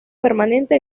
permanente